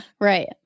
right